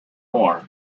more